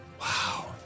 Wow